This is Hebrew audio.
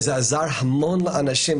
וזה עזר המון לאנשים,